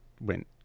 went